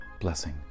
blessing